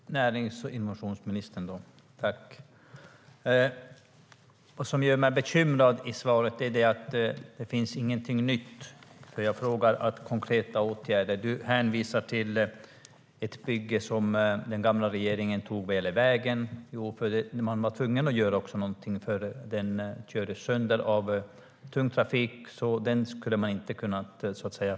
Herr talman! Jag tackar närings och innovationsministern för svaret. Det som gör mig bekymrad är att det inte finns något nytt i svaret. När jag frågar efter konkreta åtgärder hänvisar ministern till ett beslut som den gamla regeringen tog vad gäller vägen. Men man var ju tvungen att göra något, för vägen kördes sönder av tung trafik. Man hade alltså inte kunnat förbigå det.